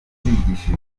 uzigisha